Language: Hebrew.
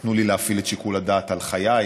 תנו לי להפעיל את שיקול הדעת על חיי,